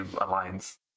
alliance